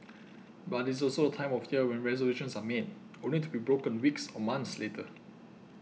but it's also the time of year when resolutions are made only to be broken weeks or months later